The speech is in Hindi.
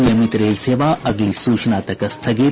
नियमित रेल सेवा अगली सूचना तक स्थगित